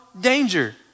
danger